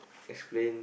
explain